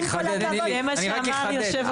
נילי, אני רק אחדד.